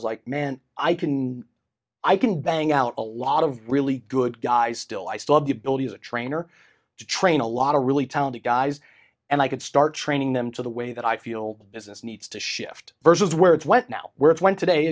was like man i can i can bang out a lot of really good guys still i still have the ability as a trainer to train a lot of really talented guys and i could start training them to the way that i feel business needs to shift versus where it went now where it went today